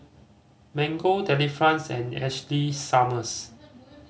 Mango Delifrance and Ashley Summers